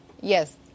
yes